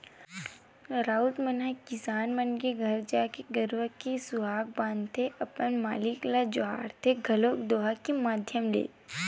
राउत मन ह किसान मन घर जाके गाय गरुवा ल सुहाई बांध के अपन मालिक ल जोहारथे घलोक दोहा के माधियम ले